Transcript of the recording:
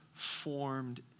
formed